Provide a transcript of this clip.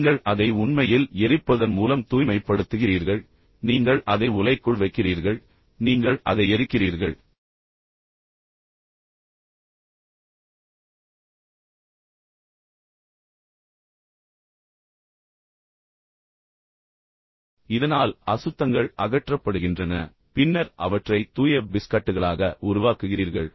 நீங்கள் அதை உண்மையில் எரிப்பதன் மூலம் தூய்மைப்படுத்துகிறீர்கள் நீங்கள் அதை உலைக்குள் வைக்கிறீர்கள் நீங்கள் அதை எரிக்கிறீர்கள் இதனால் அசுத்தங்கள் அகற்றப்படுகின்றன பின்னர் அவற்றை தூய பிஸ்கட்டுகளாக உருவாக்குகிறீர்கள்